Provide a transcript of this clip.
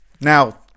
Now